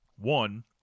One